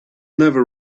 never